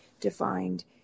defined